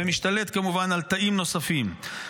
ומשתלט כמובן על תאים נוספים.